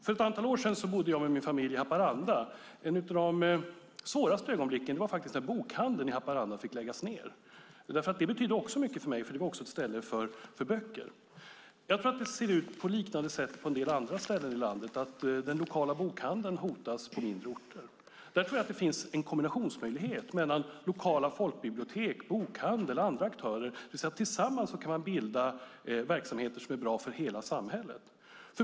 För ett antal år sedan bodde jag med min familj i Haparanda. Ett av de svåraste ögonblicken var faktiskt när bokhandeln i Haparanda fick läggas ned. Den betydde mycket för mig eftersom det också var ett ställe för böcker. Jag tror att det ser ut på liknande sätt på en del andra ställen i landet, det vill säga att den lokala bokhandeln hotas på mindre orter. Jag tror att det finns en kombinationsmöjlighet mellan lokala folkbibliotek, bokhandeln och andra aktörer. Tillsammans kan de bilda verksamheter som är bra för hela samhället.